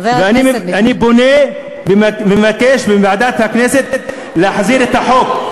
אני פונה ומבקש ומוועדת הכנסת להחזיר את החוק.